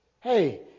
Hey